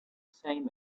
same